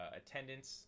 attendance